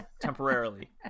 temporarily